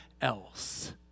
else